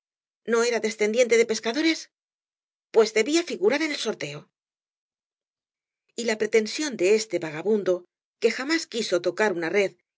no era descendiente de pescadores pues debía figurar en el sorteo y la pretensión de este vagabundo que jamás quiso tocar una red y